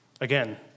Again